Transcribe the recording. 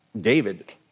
David